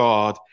God